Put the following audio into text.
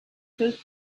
fruit